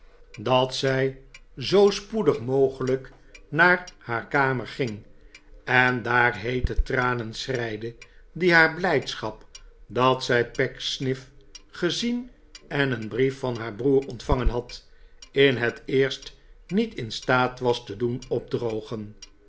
dat maarten chuzzlewit zij zoo spoedig mogelijk naar haar kamer ging en daar heete tranen schreide die haar blijdschap dat zij pecksniff gezien en een brief van haar broer ontvangen had in net eerst niet in staat was te doen opdrogen